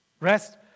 Rest